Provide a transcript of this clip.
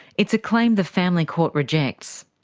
it's a claim the family court rejects.